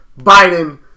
Biden